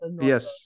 Yes